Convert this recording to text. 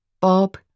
bob